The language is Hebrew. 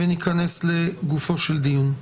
וניכנס לגופו של דיון.